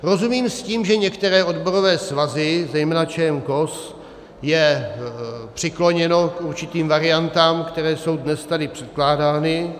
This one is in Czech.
Rozumím s tím, že některé odborové svazy zejména ČMKOS je přikloněno k určitým variantám, které jsou dnes tady předkládány.